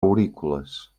aurícules